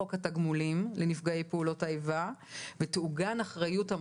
חוק התגמולים לנפגעי פעולות האיבה ותעוגן האחריות של